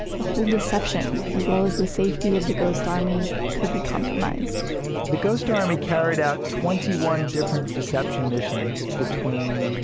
the whole deception, as well as the safety of the ghost army, could be compromised the ghost army carried out twenty one different deception missions between